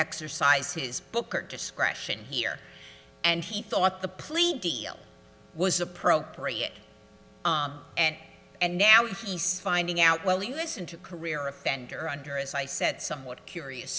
exercise his booker discretion here and he thought the plea deal was appropriate and and now he's finding out well he listened to career offender under as i said somewhat curious